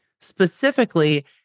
Specifically